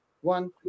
One